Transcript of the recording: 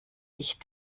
ich